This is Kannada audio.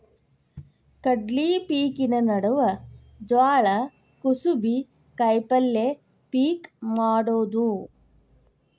ಕಡ್ಲಿ ಪಿಕಿನ ನಡುವ ಜ್ವಾಳಾ, ಕುಸಿಬಿ, ಕಾಯಪಲ್ಯ ಪಿಕ್ ಮಾಡುದ